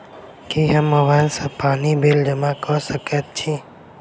की हम मोबाइल सँ पानि बिल जमा कऽ सकैत छी?